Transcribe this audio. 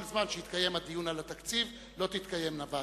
כל זמן שיתקיים דיון על התקציב לא תתקיימנה ועדות.